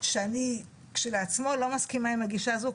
שאני כשלעצמו לא מסכימה עם הגישה הזאת.